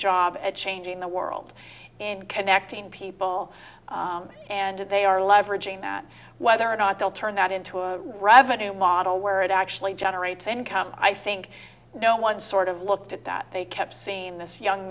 job at changing the world and connecting people and they are leveraging that whether or not they'll turn that into a revenue model where it actually generates income i think no one sort of looked at that they kept seeing this young